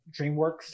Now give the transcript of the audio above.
DreamWorks